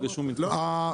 שוב,